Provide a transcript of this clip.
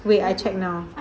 wait I check now